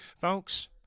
Folks